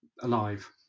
alive